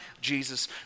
Jesus